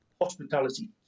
hospitality